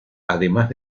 además